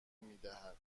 میدهد